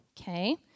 Okay